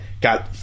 got